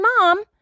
mom